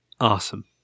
awesome